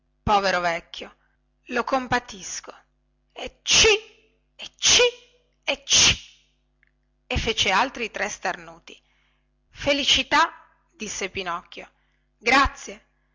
povero vecchio lo compatisco etcì etcì etcì e fece altri tre starnuti felicità disse pinocchio grazie